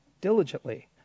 diligently